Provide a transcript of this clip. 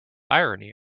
irony